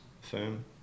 firm